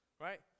Right